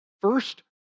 first